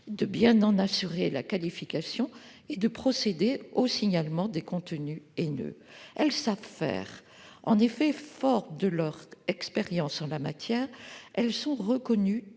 de bien en assurer la qualification et de procéder au signalement des contenus haineux. Elles savent faire ; en effet, fortes de leur expérience en la matière, elles sont reconnues